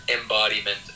embodiment